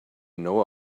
know